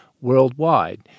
worldwide